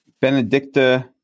Benedicta